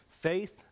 Faith